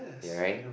you're right